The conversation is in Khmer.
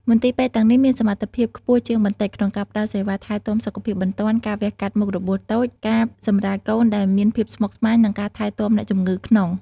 មន្ទីរពេទ្យទាំងនេះមានសមត្ថភាពខ្ពស់ជាងបន្តិច ក្នុងការផ្តល់សេវាថែទាំសុខភាពបន្ទាន់ ការវះកាត់មុខរបួសតូច ការសម្រាលកូនដែលមានភាពស្មុគស្មាញ និងការថែទាំអ្នកជំងឺក្នុង។